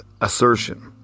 assertion